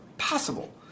possible